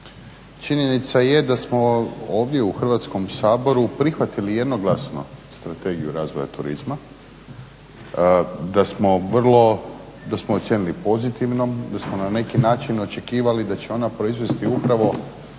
Činjenica je da smo ovdje u Hrvatskom saboru prihvatili jednoglasno Strategiju razvoja turizma, da smo vrlo da smo je ocijenili pozitivnom, da smo na neki način očekivali da će ona proizvesti upravo